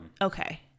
Okay